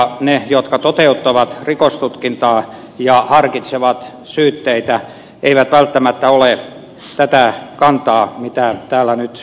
ne jotka toteuttavat rikostutkintaa ja harkitsevat syytteitä eivät välttämättä ole tällä kannalla mitä täällä nyt ed